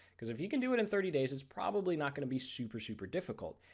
cause if you can do it in thirty days it's probably not going to be super super difficult,